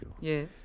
Yes